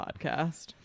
podcast